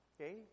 okay